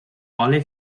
alle